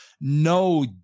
No